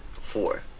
four